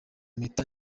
mpeta